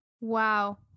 Wow